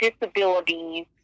disabilities